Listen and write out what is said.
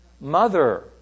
mother